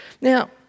Now